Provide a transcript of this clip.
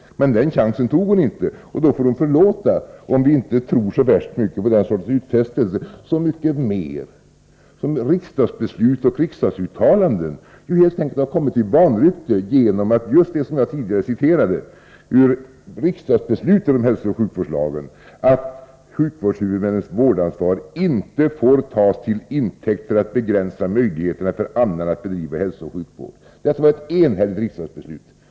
Men den chansen tog hon inte, och då får hon förlåta om vi inte tror så värst mycket på den sortens utfästelser — så mycket mera som riksdagsbeslut och riksdagsuttalanden ju helt enkelt kommit i vanrykte genom just det som jag citerade ur riksdagsbesluten om hälsooch sjukvårdslagen, att sjukvårdshuvudmännens vårdansvar inte får tas till intäkt för att begränsa möjligheterna för annan att bedriva hälsooch sjukvård. Detta var alltså ett enhälligt riksdagsbeslut.